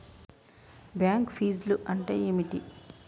Bank ఫీజ్లు అంటే ఏమిటి?